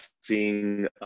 seeing